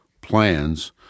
plans